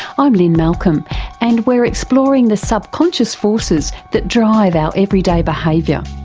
i'm lynne malcolm and we're exploring the subconscious forces that drive our everyday behaviour,